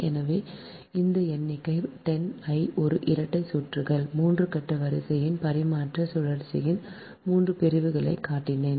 எனவே அந்த எண்ணிக்கை 10 I ஒரு இரட்டை சுற்றுகள் 3 கட்ட வரிசையின் பரிமாற்ற சுழற்சியின் 3 பிரிவுகளைக் காட்டினேன்